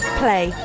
play